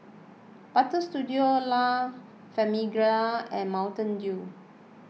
Butter Studio La Famiglia and Mountain Dew